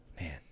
man